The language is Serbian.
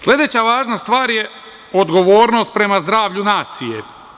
Sledeća važna stvar je odgovornost prema zdravlju nacije.